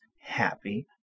happy